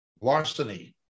larceny